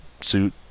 suit